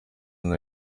nawe